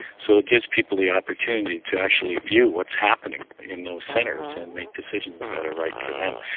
so it gives people the opportunity to actually view what's happening in those centres and make decisions that are right for them.